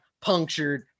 punctured